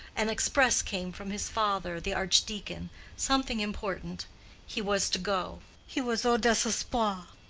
an express came from his father, the archdeacon something important he was to go. he was au desespoir.